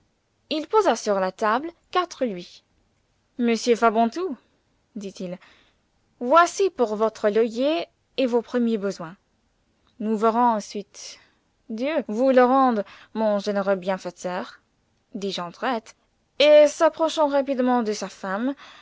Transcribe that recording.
il posa sur la table quatre louis monsieur fabantou dit-il voici pour votre loyer et vos premiers besoins nous verrons ensuite dieu vous le rende mon généreux bienfaiteur dit jondrette et s'approchant rapidement de sa femme